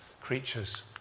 creatures